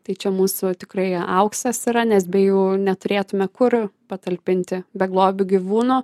tai čia mūsų tikrai auksas yra nes be jų neturėtume kur patalpinti beglobių gyvūnų